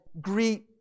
greet